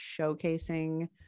showcasing